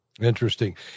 Interesting